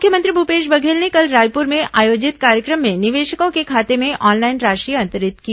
मुख्यमंत्री भूपेश बघेल ने कल रायपुर में आयोजित कार्यक्रम में निवेशकों के खाते में ऑनलाइन राशि अंतरित की